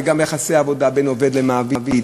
וגם יחסי העבודה בין עובד למעביד.